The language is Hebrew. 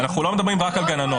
זה לא שיש היום המון עבירות שאין בהם